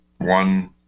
one